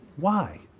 why?